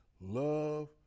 love